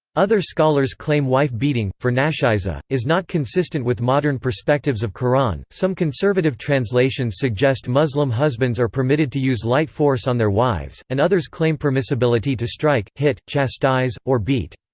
other scholars claim wife beating, for nashizah, is not consistent with modern perspectives of quran some conservative translations suggest muslim husbands are permitted to use light force on their wives, and others claim permissibility to strike, hit, chastise, or beat.